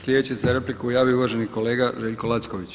Sljedeći se za repliku javio uvaženi kolega Željko Lacković.